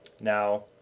Now